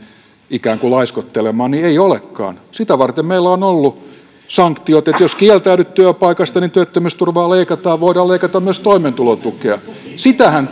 ikään kuin laiskottelemaan niin ei olekaan sitä varten meillä on ollut sanktiot että jos kieltäydyt työpaikasta niin työttömyysturvaa leikataan voidaan leikata myös toimeentulotukea sitähän